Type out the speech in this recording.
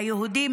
ליהודים,